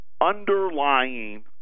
underlying